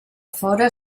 fóra